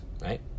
right